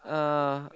uh